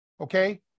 okay